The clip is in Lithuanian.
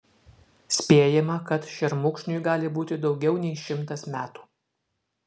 spėjama kad šermukšniui gali būti daugiau nei šimtas metų